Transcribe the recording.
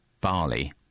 barley